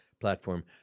platform